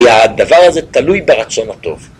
הדבר הזה תלוי ברצון הטוב